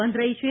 બંધ રહી છે